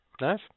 Nice